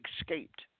escaped